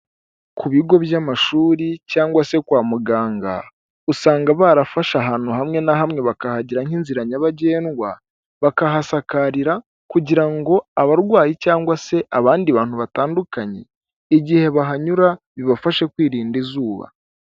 Ku bigo by'amashuri cyangwa se kwa muganga, usanga barafashe ahantu hamwe na hamwe bakahagira nk'inzira nyabagendwa, bakahasakarira kugira ngo abarwayi cyangwa se abandi bantu batandukanye, igihe bahanyura bibafasha kwirinda izuba.